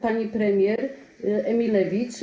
Pani Premier Emilewicz!